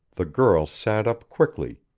the girl sat up quickly,